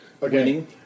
Winning